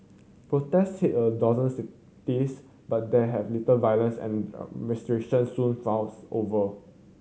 protests a dozen cities but there have little violence and the demonstration soon fizzled over